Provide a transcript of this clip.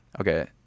Okay